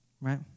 right